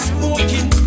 Smoking